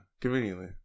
conveniently